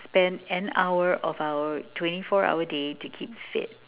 an hour of our twenty four hour day to keep fit